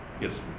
Yes